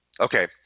Okay